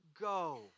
go